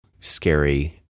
scary